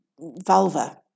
vulva